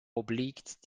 obliegt